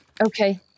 Okay